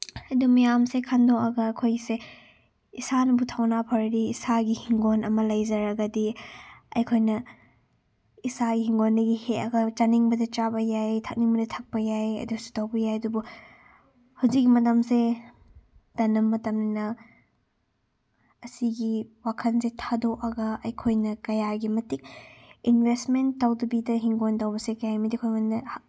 ꯑꯗꯨ ꯃꯌꯥꯝꯁꯦ ꯈꯟꯗꯣꯛꯑꯒ ꯑꯩꯈꯣꯏꯁꯦ ꯏꯁꯥꯅꯕꯨ ꯊꯧꯅꯥ ꯐꯔꯗꯤ ꯏꯁꯥꯒꯤ ꯍꯤꯡꯒꯣꯟ ꯑꯃ ꯂꯩꯖꯔꯒꯗꯤ ꯑꯩꯈꯣꯏꯅ ꯏꯁꯥꯒꯤ ꯍꯤꯡꯒꯣꯟꯗꯒꯤ ꯍꯦꯛꯑꯒ ꯆꯥꯅꯤꯡꯕꯗ ꯆꯥꯕ ꯌꯥꯏ ꯊꯛꯅꯤꯡꯕꯗ ꯊꯛꯄ ꯌꯥꯏ ꯑꯗꯨꯁꯨ ꯇꯧꯕ ꯌꯥꯏ ꯑꯗꯨꯕꯨ ꯍꯧꯖꯤꯛꯀꯤ ꯃꯇꯝꯁꯦ ꯇꯟꯅ ꯃꯇꯝꯅꯤꯅ ꯑꯁꯤꯒꯤ ꯋꯥꯈꯜꯁꯦ ꯊꯥꯗꯣꯛꯑꯒ ꯑꯩꯈꯣꯏꯅ ꯀꯌꯥꯒꯤ ꯃꯇꯤꯛ ꯏꯟꯚꯦꯁꯃꯦꯟ ꯇꯧꯗꯕꯤꯗ ꯍꯤꯡꯒꯣꯟ ꯇꯧꯕꯁꯦ ꯀꯌꯥꯒꯤ ꯃꯇꯤꯛ ꯑꯩꯈꯣꯏꯉꯣꯟꯗ